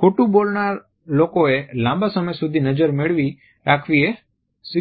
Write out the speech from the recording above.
ખોટું બોલનાર લોકોએ લાંબા સમય સુધી નજર મેળવી રાખવી એ શીખેલુ હોય છે